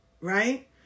right